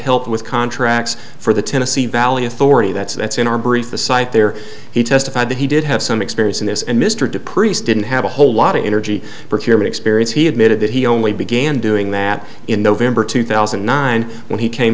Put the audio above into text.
helped with contracts for the tennessee valley authority that's that's in our brief aside there he testified that he did have some experience in this and mr de priest didn't have a whole lot of energy for human experience he admitted that he only began doing that in november two thousand and nine when he came